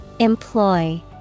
EMPLOY